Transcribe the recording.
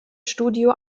studio